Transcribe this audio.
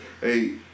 hey